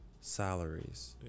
salaries